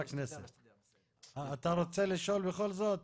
אתה רוצה לשאול בכל זאת?